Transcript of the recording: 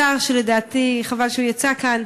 השר, שלדעתי חבל שהוא יצא מכאן,